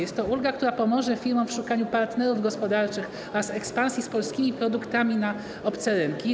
Jest to ulga, która pomoże firmom w szukaniu partnerów gospodarczych oraz w ekspansji polskich produktów na obce rynki.